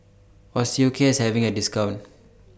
Osteocare IS having A discount